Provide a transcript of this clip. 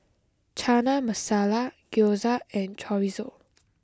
Chana Masala Gyoza and Chorizo